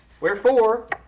wherefore